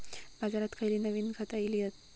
बाजारात खयली नवीन खता इली हत?